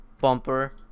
Bumper